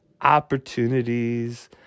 opportunities